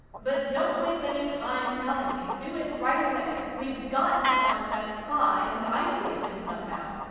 but don't waste any time telling me. do it right away. we've got to find that spy and isolate him somehow.